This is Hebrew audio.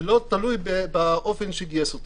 ולא תלוי באופן שגייס אותו,